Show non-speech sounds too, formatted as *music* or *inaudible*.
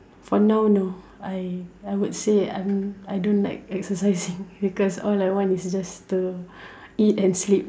for now no I I would say I I don't like exercising *laughs* because all I want is just to eat and sleep *laughs*